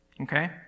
Okay